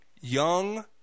Young